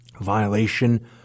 violation